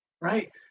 right